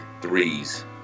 threes